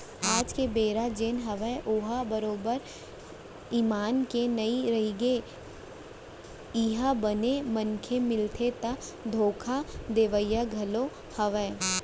आज के बेरा जेन हवय ओहा बरोबर ईमान के नइ रहिगे हे इहाँ बने मनसे मिलथे ता धोखा देवइया घलोक हवय